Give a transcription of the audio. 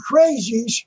crazies